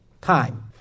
time